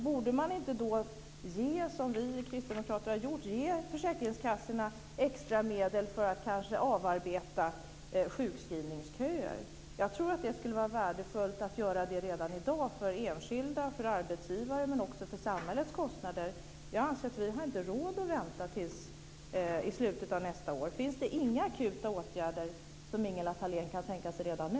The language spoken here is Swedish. Borde man inte då, som vi i Kristdemokraterna gjort, ge försäkringskassorna extra medel för att kanske arbeta av sjukskrivningsköer? Jag tror att det skulle vara värdefullt att göra det redan i dag för enskilda och för arbetsgivare, men också med tanke på samhällets kostnader. Jag anser att vi inte har råd att vänta till slutet av nästa år. Finns det inga akuta åtgärder som Ingela Thalén kan tänka sig redan nu?